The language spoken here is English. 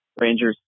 Rangers